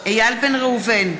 איל בן ראובן,